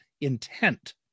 intent